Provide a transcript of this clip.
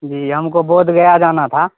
جی ہم کو بودھ گیا جانا تھا